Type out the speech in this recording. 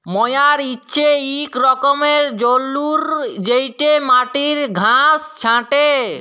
ময়ার হছে ইক রকমের যল্তর যেটতে মাটির ঘাঁস ছাঁটে